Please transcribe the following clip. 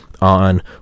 on